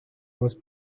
was